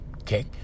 okay